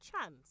chance